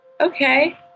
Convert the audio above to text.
okay